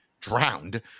drowned